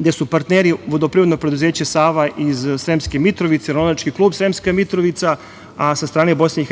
gde su partneri vodoprivredna preduzeća „Sava“, iz Sremske Mitrovice, ronilački klub Sremska Mitrovica, a sa strane BiH